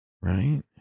right